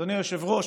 אדוני היושב-ראש,